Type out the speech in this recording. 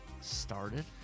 started